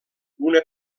una